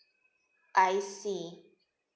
I see